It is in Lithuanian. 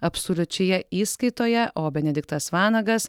absoliučioje įskaitoje o benediktas vanagas